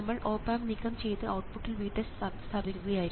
നമ്മൾ op amp നീക്കം ചെയ്ത് ഔട്ട്പുട്ടിൽ VTEST സ്ഥാപിക്കുകയായിരുന്നു